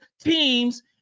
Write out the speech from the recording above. teams